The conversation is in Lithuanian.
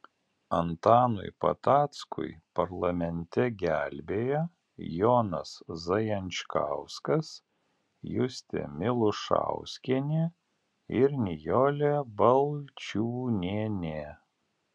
antanui patackui parlamente gelbėja jonas zajančkauskas justė milušauskienė ir nijolė balčiūnienė